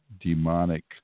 demonic